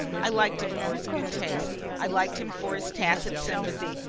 i liked him for his good taste. i liked him for his tacit sympathy,